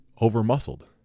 over-muscled